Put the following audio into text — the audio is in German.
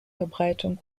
verbreitung